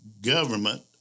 government